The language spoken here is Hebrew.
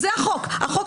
זה החוק.